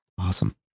awesome